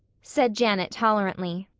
said janet tolerantly.